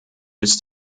bis